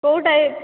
କେଉଁଟା